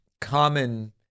common